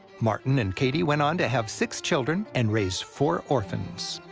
martin and katie went on to have six children and raise four orphans.